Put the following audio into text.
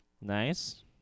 Nice